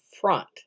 front